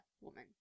woman